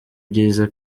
byiza